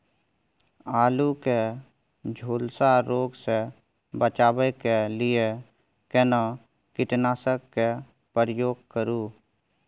आलू के झुलसा रोग से बचाबै के लिए केना कीटनासक के प्रयोग करू